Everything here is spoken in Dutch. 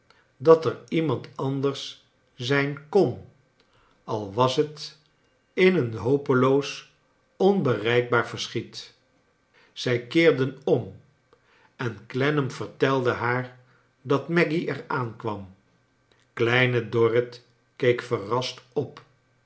dat er iemand anders zijn k o n al was het in een hopeloos onbereikbaar verschiet zij keerden om en clennam rertelde haar dat maggy er aankwam kleine dorrit keek verrast op